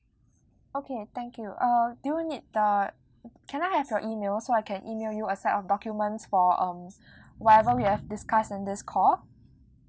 okay thank you uh do you need the can I have your email so I can email you a set of documents for um whatever we have discussed in this call